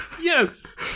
Yes